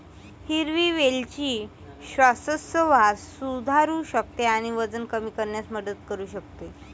हिरवी वेलची श्वासोच्छवास सुधारू शकते आणि वजन कमी करण्यास मदत करू शकते